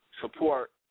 support